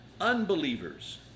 unbelievers